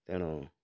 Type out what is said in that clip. ତେଣୁ